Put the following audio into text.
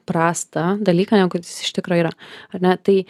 prastą dalyką negu iš tikro yra ar ne tai